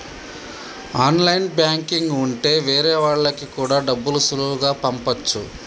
online banking ఉంటె వేరే వాళ్ళకి కూడా డబ్బులు సులువుగా పంపచ్చు